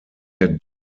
der